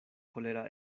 kolera